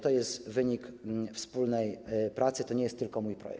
To jest wynik wspólnej pracy, to nie jest tylko mój projekt.